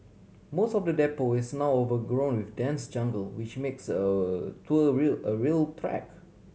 most of the depot is now overgrown with dense jungle which makes tour real a real trek